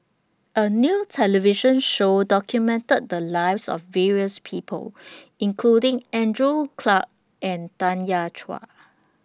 A New television Show documented The Lives of various People including Andrew Clarke and Tanya Chua